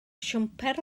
siwmper